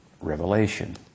revelation